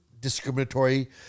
discriminatory